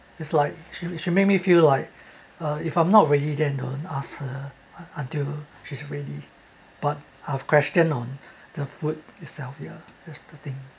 it's like she she make me feel like uh if I'm not ready and don't ask her until she's ready but I've question on the food itself ya that's the thing